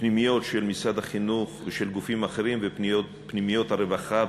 פנימיות של משרד החינוך ושל גופים אחרים לפנימיות הרווחה.